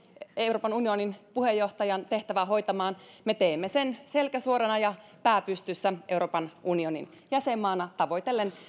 euroopan unionin puheenjohtajan tehtävää hoitamaan me teemme sen selkä suorana ja pää pystyssä euroopan unionin jäsenmaana tavoitellen